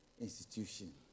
institution